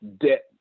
debt